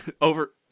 over